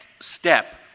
step